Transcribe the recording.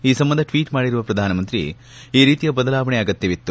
ಈ ಸಂಬಂಧ ಟ್ವೀಟ್ ಮಾಡಿರುವ ಪ್ರಧಾನಮಂತ್ರಿ ಈ ರೀತಿಯ ಬದಲಾವಣೆ ಅಗತ್ಯವಿತ್ತು